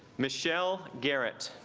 michelle garrett